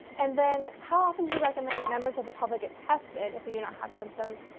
and then how often do you recommend that members of the public get tested if we do not have symptoms?